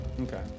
Okay